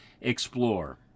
explore